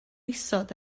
isod